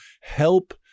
help